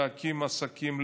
להקים עסקים,